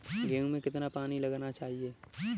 गेहूँ में कितना पानी लगाना चाहिए?